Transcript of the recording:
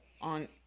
on